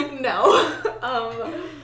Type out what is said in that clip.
no